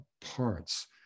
parts